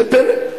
זה פלא.